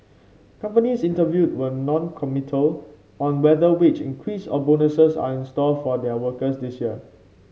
companies interviewed were noncommittal on whether wage increases or bonuses are in store for their workers this year